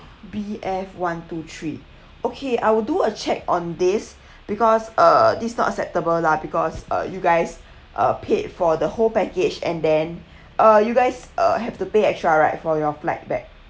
B_F one two three okay I will do a check on this because uh this not acceptable lah because uh you guys uh paid for the whole package and then uh you guys uh have to pay extra right for your flight back